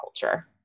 culture